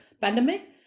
pandemic